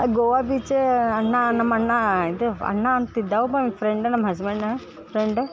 Goa beach ಅಣ್ಣ ನಮ್ಮ ಅಣ್ಣ ಇದು ಅಣ್ಣ ಅಂತಿದ್ದ ಒಬ್ಬ ಫ್ರೆಂಡ್ ನಮ್ಮ ಹಸ್ಬೆಂಡನ ಫ್ರೆಂಡ